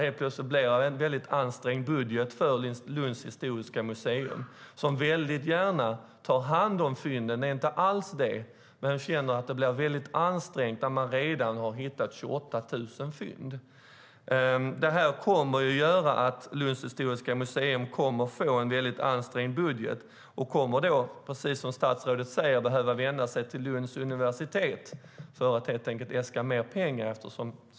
Helt plötsligt blir det en väldigt ansträngd budget för Lunds historiska museum. De tar gärna hand om fynden - det är inte fråga om det - men de känner att det blir väldigt ansträngt när man redan har hittat 28 000 fynd. Detta kommer att göra att Lunds historiska museum får en ansträngd budget. Precis som statsrådet säger kommer de att behöva vända sig till Lunds universitet för att äska mer pengar.